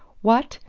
what?